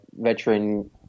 veteran –